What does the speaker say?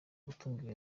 gutunga